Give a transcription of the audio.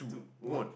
two onw